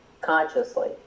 Consciously